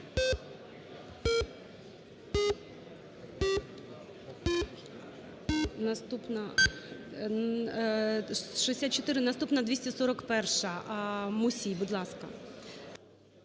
наступна 241-а. Мусій, будь ласка.